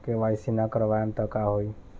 KYC ना करवाएम तब का होई?